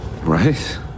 Right